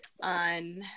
On